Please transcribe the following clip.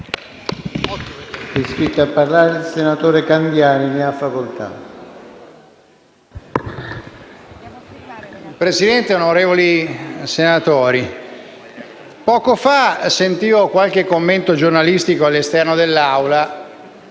Presidente, onorevoli senatori, poco fa ascoltavo qualche commento giornalistico all'esterno dell'Aula